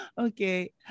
Okay